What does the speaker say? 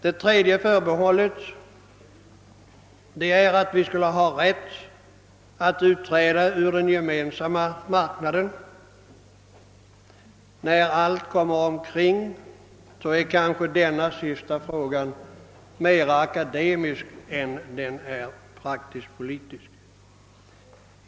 Det tredje förbehållet är att vi skall ha rätt att utträda ur den Gemensamma marknaden. När allt kommer omkring är kanske denna sista fråga mer akademisk än praktisk-politisk.